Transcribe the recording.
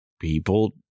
people